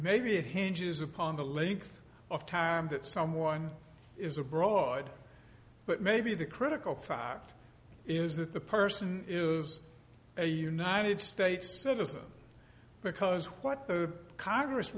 maybe it hinges upon the length of time that someone is abroad but maybe the critical fact is that the person is a united states citizen because what congress